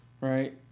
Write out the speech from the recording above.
right